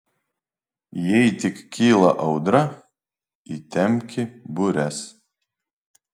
jei tik kyla audra įtempki bures